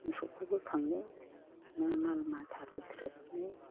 मोसौखौ बोखांनो ना माल माथा बोथ्रोदनो